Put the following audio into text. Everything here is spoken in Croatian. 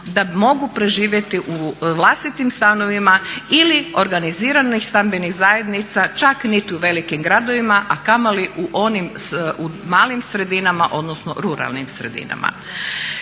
da mogu preživjeti u vlastitim stanovima ili organiziranih stambenih zajednica čak niti u velikim gradovima a kamoli u onim malim sredinama, odnosno ruralnim sredinama.